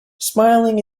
smiling